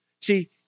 See